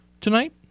tonight